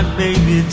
baby